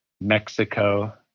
Mexico